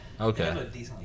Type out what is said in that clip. okay